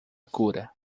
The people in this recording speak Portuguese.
cura